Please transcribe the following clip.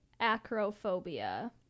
acrophobia